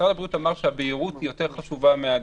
משרד הבריאות אמר שהבהירות יותר חשובה מהדיוק.